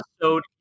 episode